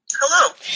Hello